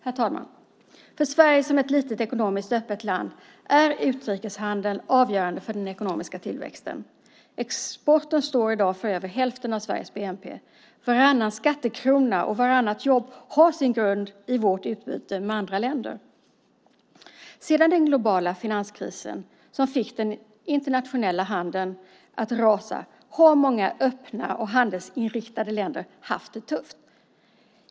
Herr talman! För Sverige, som är ett litet, ekonomiskt öppet land, är utrikeshandeln avgörande för den ekonomiska tillväxten. Exporten står i dag för över hälften av Sveriges bnp. Varannan skattekrona och vartannat jobb har sin grund i vårt utbyte med andra länder. Sedan den globala finanskrisen som fick den internationella handeln att rasa har många öppna och handelsinriktade länder haft det tufft.